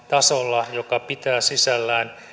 tasolla joka pitää sisällään